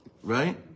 Right